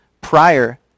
prior